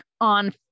on